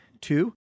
Two